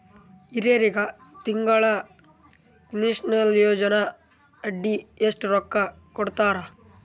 ಹಿರಿಯರಗ ತಿಂಗಳ ಪೀನಷನಯೋಜನ ಅಡಿ ಎಷ್ಟ ರೊಕ್ಕ ಕೊಡತಾರ?